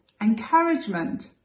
encouragement